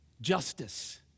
justice